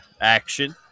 action